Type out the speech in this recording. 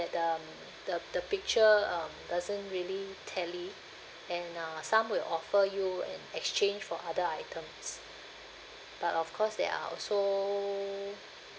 um the the picture um doesn't really tally and uh some will offer you an exchange for other items but of course there are also